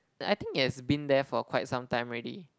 and I think it has been there for quite some time already